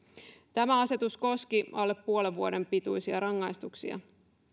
tämä asetus koski alle puolen vuoden pituisia rangaistuksia